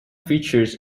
features